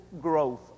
growth